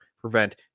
prevent